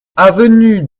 avenue